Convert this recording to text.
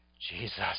Jesus